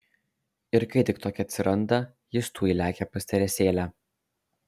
ir kai tik tokia atsiranda jis tuoj lekia pas teresėlę